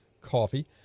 coffee